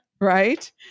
Right